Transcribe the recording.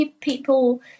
people